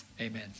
Amen